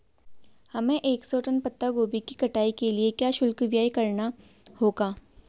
हमें एक सौ टन पत्ता गोभी की कटाई के लिए क्या शुल्क व्यय करना होगा?